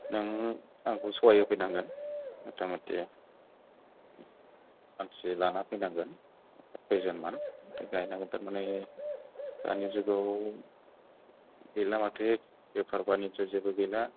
नों आंखौ सहाय होफैनांगोन मथामथि मानसि लाना फैनांगोन खैजनमान ओमफ्राय गायनांगोन थारमाने दानि जुगाव गैला माथो बेफार बानिज्य जेबो गैला